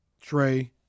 Trey